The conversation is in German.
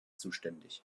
zuständig